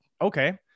okay